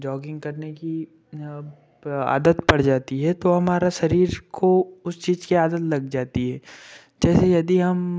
jogging करने की आदत पड़ जाती है तो हमारा शरीर को उस चीज़ की आदत लग जाती है जैसे यदि हम